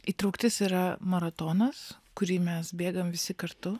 įtrauktis yra maratonas kurį mes bėgam visi kartu